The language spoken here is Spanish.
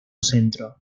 centro